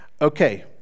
Okay